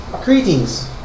Greetings